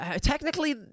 technically